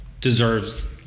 deserves